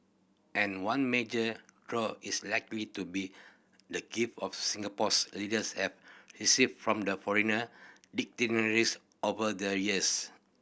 and one major draw is likely to be the gift of Singapore's leaders have received from the foreigner dignitaries over the years